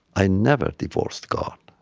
i never divorced god.